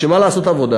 בשביל מה לעשות עבודה?